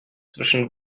zwischen